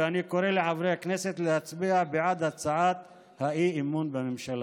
ואני קורא לחברי הכנסת להצביע בעד הצעת האי-אמון בממשלה.